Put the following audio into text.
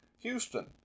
Houston